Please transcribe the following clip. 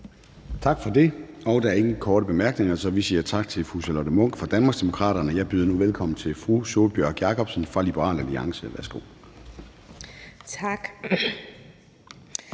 Gade): Der er ingen korte bemærkninger, så vi siger tak til fru Charlotte Munch fra Danmarksdemokraterne. Jeg byder nu velkommen til fru Sólbjørg Jakobsen fra Liberal Alliance. Værsgo. Kl.